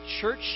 church